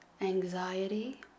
anxiety